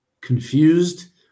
confused